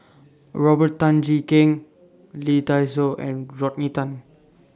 Robert Tan Jee Keng Lee Dai Soh and Rodney Tan